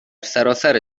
سراسر